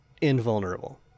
invulnerable